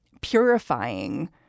purifying